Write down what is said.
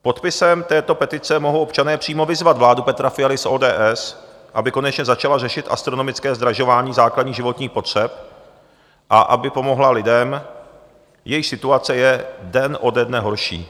Podpisem této petice mohou občané přímo vyzvat vládu Petra Fialy z ODS, aby konečně začala řešit astronomické zdražování základních životních potřeb a aby pomohla lidem, jejichž situace je den ode dne horší.